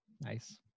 Nice